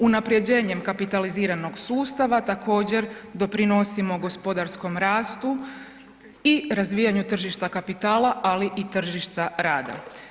Unapređenjem kapitaliziranog sustava također doprinosimo gospodarskom rastu i razvijanju tržišta kapitala, ali i tržišta rada.